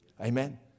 Amen